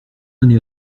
année